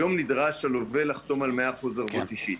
אבל היום הלווה נדרש לחתום על 100% ערבות אישית.